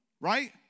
right